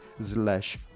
slash